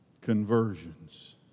conversions